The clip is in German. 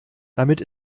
damit